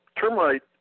termite